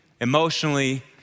emotionally